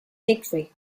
degree